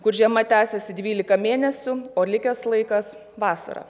kur žiema tęsiasi dvylika mėnesių o likęs laikas vasara